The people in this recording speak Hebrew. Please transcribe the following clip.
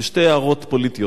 ושתי הערות פוליטיות.